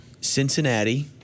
Cincinnati